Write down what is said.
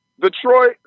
Detroit